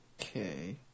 Okay